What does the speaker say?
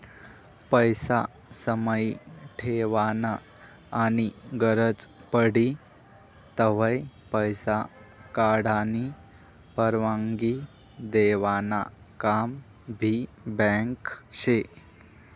पैसा समाई ठेवानं आनी गरज पडी तव्हय पैसा काढानी परवानगी देवानं काम भी बँक शे